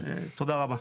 תודה רבה.